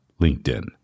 LinkedIn